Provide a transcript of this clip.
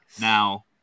Now